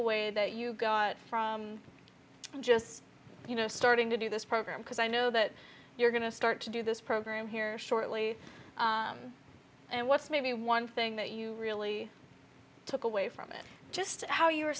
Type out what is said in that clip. away that you got from just starting to do this program because i know that you're going to start to do this program here shortly and what's maybe one thing that you really took away from it just how you were